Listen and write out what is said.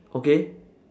okay